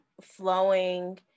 flowing